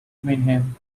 mannheim